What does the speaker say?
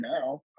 now